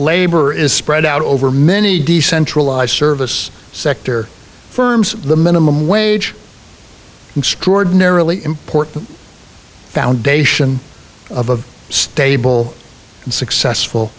labor is spread out over many decentralized service sector firms the minimum wage extraordinarily important foundation of a stable and successful